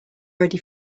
already